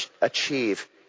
achieve